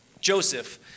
Joseph